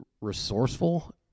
resourceful